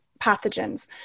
pathogens